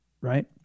right